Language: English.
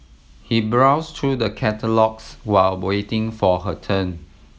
he browsed through the catalogues while waiting for her turn